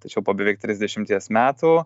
tačiau po beveik trisdešimties metų